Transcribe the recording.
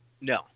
No